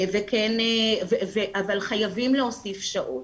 אבל חייבים להוסיף שעות.